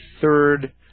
third